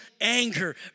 anger